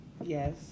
Yes